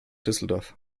düsseldorf